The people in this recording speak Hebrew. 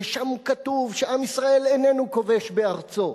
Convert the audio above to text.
ששם כתוב שעם ישראל איננו כובש בארצו,